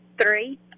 Three